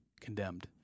condemned